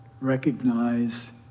Recognize